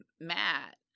Matt